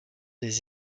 des